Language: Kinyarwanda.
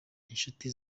incuti